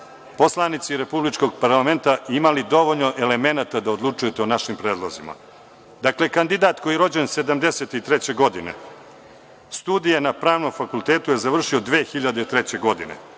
poslanici Republičkog parlamenta imali dovoljno elemenata da odlučujete o našim predlozima. Dakle, kandidat koji je rođen 1973. godine, studije na Pravnom fakultetu je završio 2003. godine.